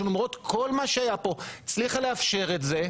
שלמרות כל מה שהיה פה הצליחה לאפשר את זה.